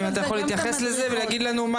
אם אתה יכול להתייחס לזה ולהגיד לנו,